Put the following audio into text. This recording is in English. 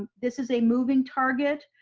this is a moving target,